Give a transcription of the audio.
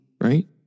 right